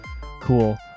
Cool